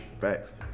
Facts